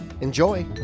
Enjoy